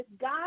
God